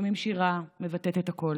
לפעמים שירה מבטאת את הכול: